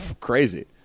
crazy